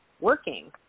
working